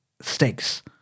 stakes